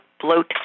bloat